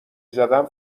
زدم